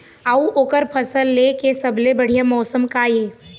अऊ ओकर फसल लेय के सबसे बढ़िया मौसम का ये?